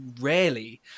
rarely